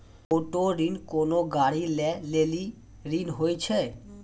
auto ऋण कोनो गाड़ी लै लेली ऋण होय छै